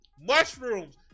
mushrooms